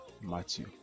matthew